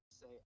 say